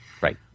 Right